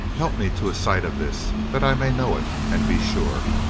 help me to a sight of this that i may know it and be sure.